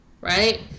Right